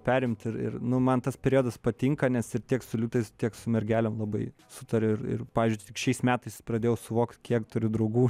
perimt ir ir nu man tas periodas patinka nes ir tiek su liūtais tiek su mergelėm labai sutariu ir ir pavyzdžiui šiais metais pradėjau suvokt kiek turiu draugų